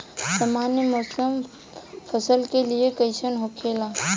सामान्य मौसम फसल के लिए कईसन होखेला?